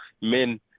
men